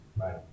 Right